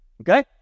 okay